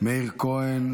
מאיר כהן,